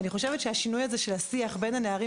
אני חושבת שהשינוי הזה של השיח בין הנערים